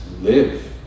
live